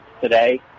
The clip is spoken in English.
today